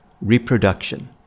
Reproduction